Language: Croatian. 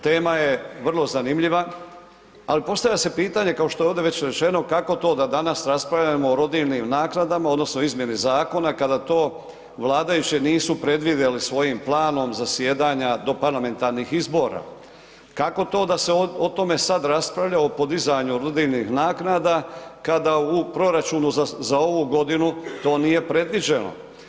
Tema je vrlo zanimljiva, ali postavlja se pitanje kao što je ovdje već rečeno kako to da danas raspravljamo o rodiljnim naknadama odnosno o izmjeni zakona kada to vladajući nisu predvidjeli svojim planom zasjedanja do parlamentarnih izbora, kako to da se o tome sada raspravlja o podizanju rodiljnih naknada kada u proračunu za ovu godinu to nije predviđeno?